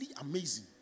amazing